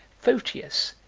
photius,